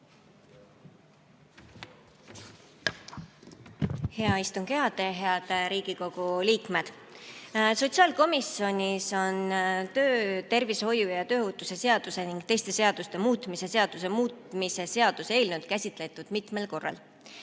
Hea istungi juhataja! Head Riigikogu liikmed! Sotsiaalkomisjonis on töötervishoiu ja tööohutuse seaduse ning teiste seaduste muutmise seaduse muutmise seaduse eelnõu käsitletud mitmel korral.